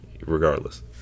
regardless